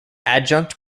adjunct